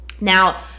now